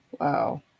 Wow